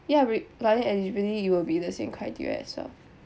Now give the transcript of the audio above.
ya re~ eligibility it will be the same criteria as well